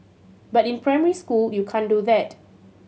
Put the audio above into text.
but in primary school you can't do that